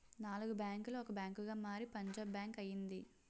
నాలుగు బ్యాంకులు ఒక బ్యాంకుగా మారి పంజాబ్ బ్యాంక్ అయింది